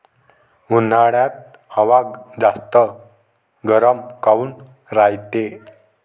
उन्हाळ्यात हवा जास्त गरम काऊन रायते?